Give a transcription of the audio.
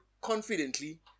confidently